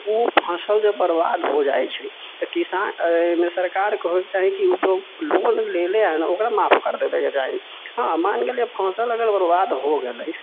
तऽ उ फसल जे बर्बाद हो जाइ छै तऽ किसान अयमे सरकारके होइके चाही की जो लोन लेने है ने ओकरा माफ कर देबैके चाही हँ मानि गेलीयै फसल अगर बर्बाद हो गेलै